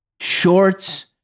shorts